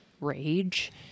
rage